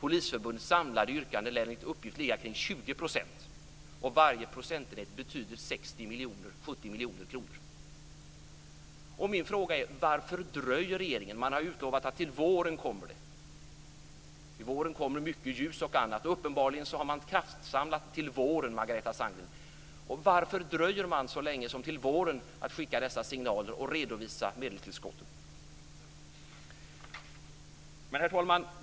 Polisförbundets samlade yrkande lär enligt uppgift ligga kring 20 %, och varje procentenhet betyder 70 miljoner kronor. Min fråga är: Varför dröjer regeringen? Man har utlovat besked till våren. Till våren kommer mycket ljus och annat. Uppenbarligen har man kraftsamlat till våren, Margareta Sandgren. Varför dröjer man så länge som till våren med att skicka dessa signaler och redovisa medeltillskotten? Herr talman!